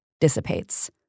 dissipates